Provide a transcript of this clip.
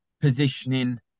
positioning